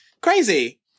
Crazy